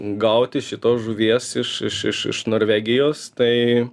gauti šitos žuvies iš iš iš iš norvegijos tai